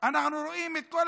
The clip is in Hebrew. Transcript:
אנחנו רואים את כל